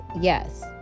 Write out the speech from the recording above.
Yes